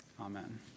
Amen